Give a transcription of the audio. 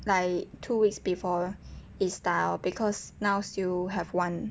like two weeks before it's start orh because now still have one